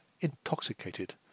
intoxicated